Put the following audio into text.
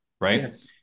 right